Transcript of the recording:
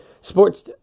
Sports